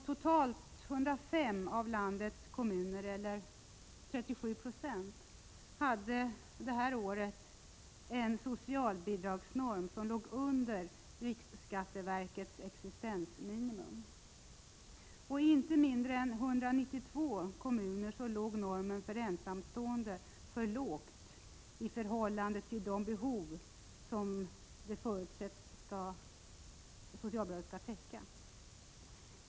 Totalt 105 av landets kommuner, eller 37 26, hade det året en socialbidragsnorm som låg under riksskatteverkets existensminimum. I inte mindre än 192 kommuner låg normen för ensamstående för lågt i förhållande till de behov som bidraget förutsätts täcka.